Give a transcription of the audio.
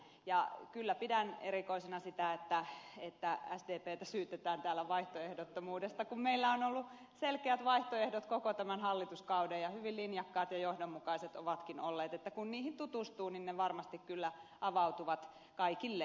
ja kyllä pidän erikoisena sitä että sdptä syytetään täällä vaihtoehdottomuudesta kun meillä on ollut selkeät vaihtoehdot koko tämän hallituskauden ja hyvin linjakkaat ja johdonmukaiset ovatkin olleet että kun niihin tutustuu ne varmasti kyllä avautuvat kaikille lukijoille